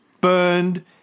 burned